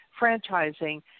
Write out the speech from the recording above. franchising